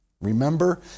Remember